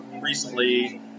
recently